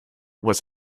was